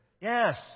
yes